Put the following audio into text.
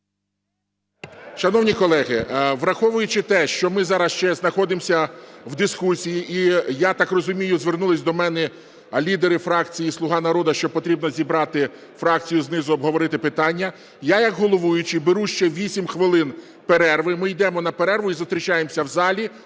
Шановні колеги, враховуючи те, що ми зараз ще знаходимося в дискусії, і я так розумію, звернулись до мене лідери фракції "Слуга народу", що потрібно зібрати фракцію знизу і обговорити питання, я як головуючий беру ще 8 хвилин перерви, ми йдемо на перерву і зустрічаємося в залі